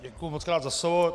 Děkuji mockrát za slovo.